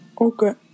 Okay